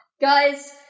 Guys